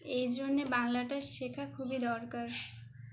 এই জন্যে বাংলাটা শেখা খুবই দরকার